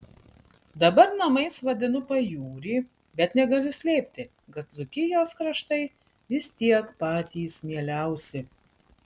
dabar namais vadinu pajūrį bet negaliu slėpti kad dzūkijos kraštai vis tiek patys mieliausi